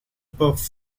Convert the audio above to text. buff